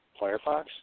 Firefox